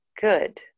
good